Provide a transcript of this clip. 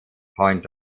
point